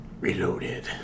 Reloaded